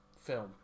film